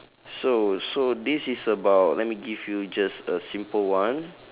so so this is about let me give you just a simple one